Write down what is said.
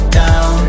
down